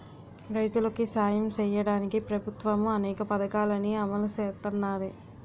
రైతులికి సాయం సెయ్యడానికి ప్రభుత్వము అనేక పథకాలని అమలు సేత్తన్నాది